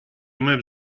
map